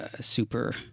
super